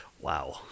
wow